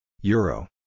Euro